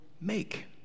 make